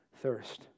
thirst